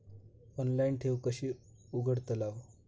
Online ठेव कशी उघडतलाव?